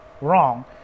wrong